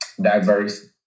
diverse